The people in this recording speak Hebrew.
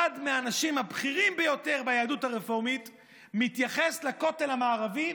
אחד האנשים הבכירים ביותר ביהדות הרפורמית מתייחס לכותל המערבי